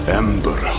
ember